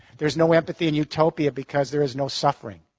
there's no empathy in utopia because there is no suffering.